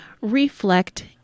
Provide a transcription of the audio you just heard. Reflect